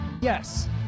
Yes